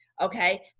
okay